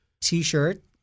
T-shirt